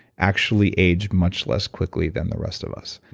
actually aged much less quickly than the rest of us.